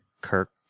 Kirk